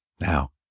Now